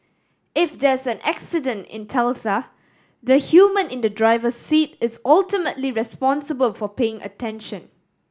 if there's an accident in Tesla the human in the driver's seat is ultimately responsible for paying attention